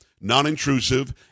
non-intrusive